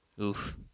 Oof